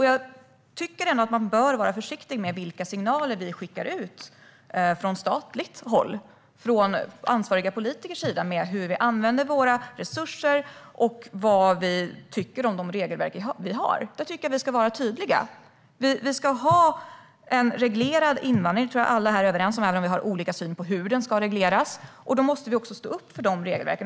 Jag tycker att man bör vara försiktig med de signaler som skickas ut från staten och ansvariga politiker om hur vi använder våra resurser och vad vi tycker om de regelverk som vi har. Där ska vi vara tydliga. Alla här är nog överens om att vi ska ha en reglerad invandring, även om vi har olika syn på hur den ska regleras. Då måste vi också stå upp för dessa regelverk.